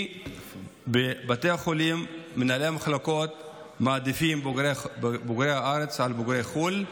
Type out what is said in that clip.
כי בבתי החולים מנהלי המחלקות מעדיפים בוגרי הארץ על בוגרי חו"ל,